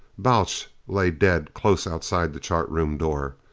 balch lay dead close outside the chart room door.